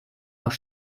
noch